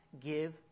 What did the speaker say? give